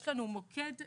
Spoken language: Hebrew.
יש לנו מוקד טלפוני,